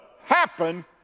happen